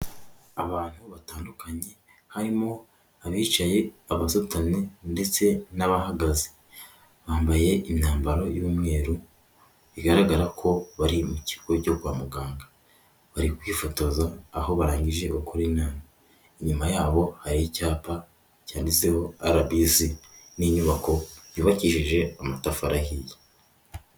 Abantu batandukanye harimo abicaye abasutamye ndetse n'abahagaze bambaye imyambaro y'umweru bigaragara ko bari mu kigo cyo kwa muganga, bari kwifotoza aho barangije bakorana, inyuma yabo hari icyapa cyanditseho rbc n'inyubako yubakishije amatafari ahiye.